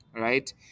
right